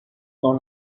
dans